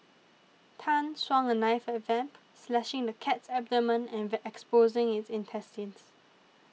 Tan swung the knife at Vamp slashing the cat's abdomen and the exposing its intestines